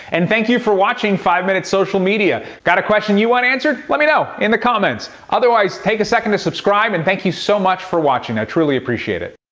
and thank you for watching five minute social media. got a question you want answered? let me know in the comments. otherwise take a second to subscribe, and thank you so much for watching, i truly appreciate it.